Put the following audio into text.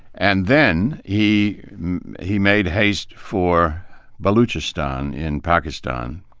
and then he he made haste for baluchistan in pakistan,